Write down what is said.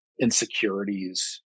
insecurities